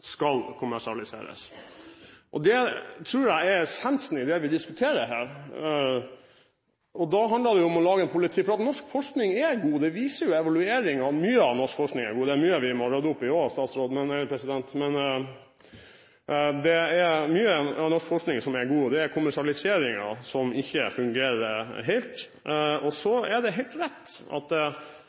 skal kommersialiseres. Jeg tror det er essensen i det vi diskuterer her. Norsk forskning er god, det viser jo evalueringer. Det er mye vi må rydde opp i òg. Men mye av norsk forskning er god, det er kommersialiseringen som ikke fungerer helt. Det er helt rett at